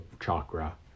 chakra